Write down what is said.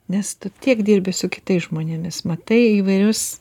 nes tu tiek dirbi su kitais žmonėmis matai įvairius